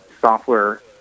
software